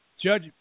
Judge